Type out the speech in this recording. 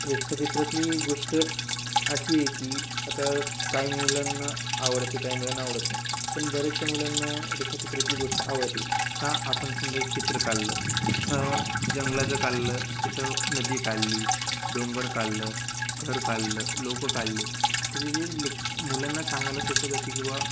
रेखचित्रातली गोष्ट अशी आहे की आता काय मुलांना आवडते काही मुलांना आवडत नाही पण बऱ्याचशा मुलांना रेखचित्रातली गोष्ट आवडती का आपण समजा एक चित्र काढलं जंगलाचं काढलं तिथं नदी काढली डोंगर काढलं घर काढलं लोकं काढले तर तिथे लेख मुलांना सांगायला सोपं जाते की बवा